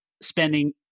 spending